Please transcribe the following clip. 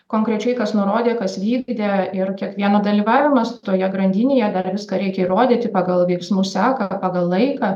konkrečiai kas nurodė kas vykdė ir kiekvieno dalyvavimas toje grandinėje dar viską reikia įrodyti pagal veiksmų seką pagal laiką